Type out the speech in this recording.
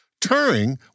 Turing